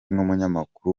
n’umunyamakuru